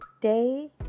Day